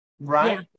Right